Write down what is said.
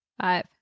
Five